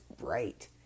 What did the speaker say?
right